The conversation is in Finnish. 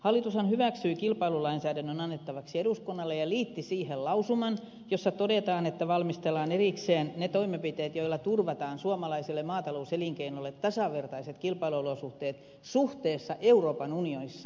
hallitushan hyväksyi kilpailulainsäädännön annettavaksi eduskunnalle ja liitti siihen lausuman jossa todetaan että valmistellaan erikseen ne toimenpiteet joilla turvataan suomalaiselle maatalouselinkeinolle tasavertaiset kilpailuolosuhteet suhteessa euroopan unionissa olevaan lainsäädäntöön